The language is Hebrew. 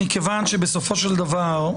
מכיוון שבסופו של דבר,